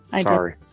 sorry